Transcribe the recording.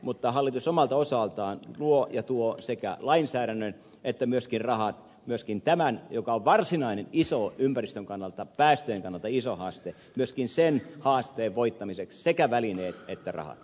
mutta hallitus omalta osaltaan luo ja tuo sekä lainsäädännön että myöskin rahat myöskin tämän haasteen voittamiseksi joka on varsinainen ympäristön kannalta päästöjen kannalta iso haaste sekä välineet että rahat